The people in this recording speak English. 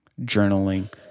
journaling